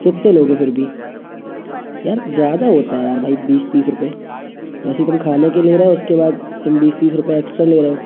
कितने लोगे फिर भी यार ज़्यादा होता है यार भाई बीस तीस रुपए वैसे तुम खाने के ले रहे हो उसके बाद तुम बीस तीस रुपये एक्स्ट्रा ले रहे हो